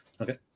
okay